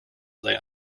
sei